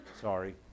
sorry